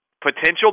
potential